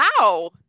Wow